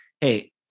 hey